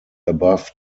above